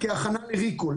כהכנה לריקול,